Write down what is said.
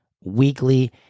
weekly